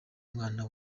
umwana